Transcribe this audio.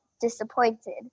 disappointed